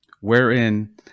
wherein